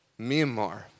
Myanmar